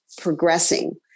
progressing